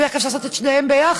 ואיך אפשר לעשות את שניהם ביחד?